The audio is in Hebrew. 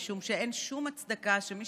משום שאין שום הצדקה שמי